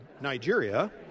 Nigeria